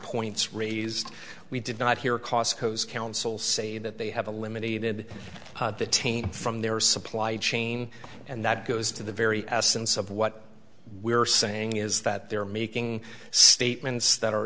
points raised we did not hear costco's counsel say that they have a limited taint from their supply chain and that goes to the very essence of what we are saying is that they're making statements that are